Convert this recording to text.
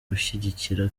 gushyigikira